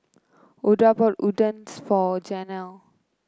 Oda bought Udons for Janelle